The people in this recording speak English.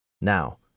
Now